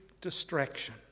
distraction